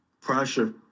Pressure